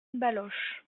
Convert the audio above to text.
baloche